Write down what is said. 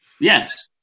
Yes